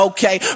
Okay